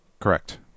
Correct